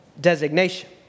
designation